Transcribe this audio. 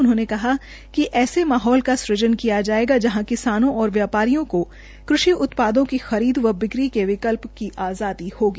उन्होंने कहा कि ऐसे माहौल का सुजन किया जायेगा जहां किसानों और व्यापारियों को कृषि उत्पादों की खरीद व बिक्री के विकल्प से आज़ादी होगी